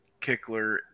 Kickler